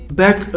back